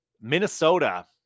Minnesota